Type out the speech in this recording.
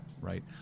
Right